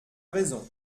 raison